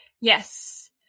Yes